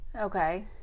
Okay